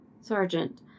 Sergeant